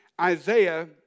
Isaiah